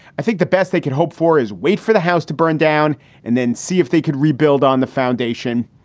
i think the best they can hope for is wait for the house to burn down and then see if they can rebuild on the foundation.